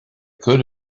could